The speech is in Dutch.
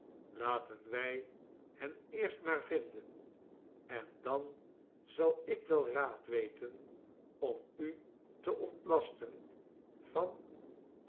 laten wij hen eerst maar vinden en dan zal ik wel raad weten om u te ontlasten van